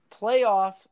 Playoff